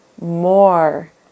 more